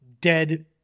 dead